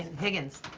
higgins.